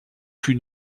plus